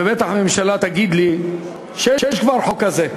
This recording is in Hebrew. בטח הממשלה תגיד לי שיש כבר חוק כזה.